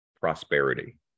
prosperity